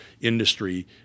industry